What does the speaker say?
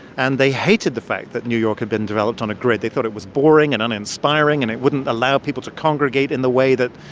and they hated the fact that new york had been developed on a grid. they thought it was boring and uninspiring and it wouldn't allow people to congregate in the way that,